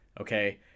Okay